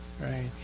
Right